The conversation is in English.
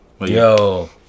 Yo